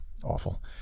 awful